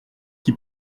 qui